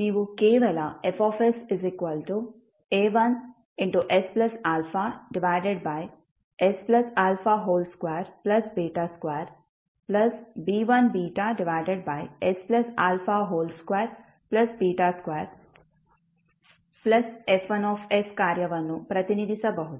ನೀವು ಕೇವಲFsA1sαsα22B1sα22F1s ಕಾರ್ಯವನ್ನು ಪ್ರತಿನಿಧಿಸಬಹುದು